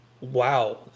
Wow